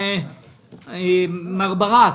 מר ברק,